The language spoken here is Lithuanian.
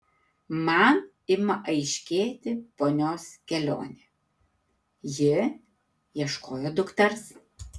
man ima aiškėti ponios kelionė ji ieškojo dukters